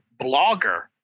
blogger